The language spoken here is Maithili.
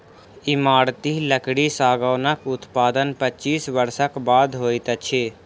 इमारती लकड़ी सागौनक उत्पादन पच्चीस वर्षक बाद होइत अछि